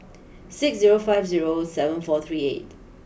six zero five zero seven four three eight